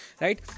right